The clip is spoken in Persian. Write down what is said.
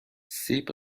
سیب